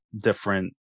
different